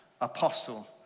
apostle